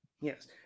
Yes